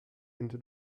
into